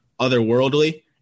otherworldly